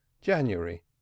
January